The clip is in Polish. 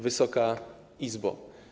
Wysoka Izbo!